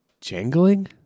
Jangling